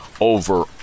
over